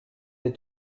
les